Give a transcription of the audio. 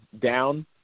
down